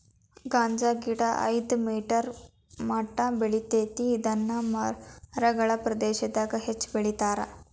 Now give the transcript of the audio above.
ಗಾಂಜಾಗಿಡಾ ಐದ ಮೇಟರ್ ಮಟಾ ಬೆಳಿತೆತಿ ಇದನ್ನ ಮರಳ ಪ್ರದೇಶಾದಗ ಹೆಚ್ಚ ಬೆಳಿತಾರ